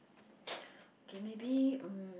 okay maybe um